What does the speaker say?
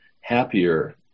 happier